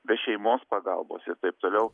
be šeimos pagalbos ir taip toliau